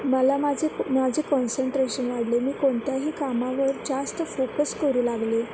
मला माझे माझे कॉन्सन्ट्रेशन वाढले मी कोणत्याही कामावर जास्त फोकस करू लागले